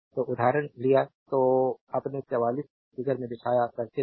तो उदाहरण लिया तो अपने 44 फिगर में दिखाया सर्किट में